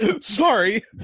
Sorry